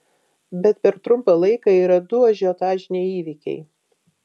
bet per trumpą laiką yra du ažiotažiniai įvykiai